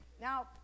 Now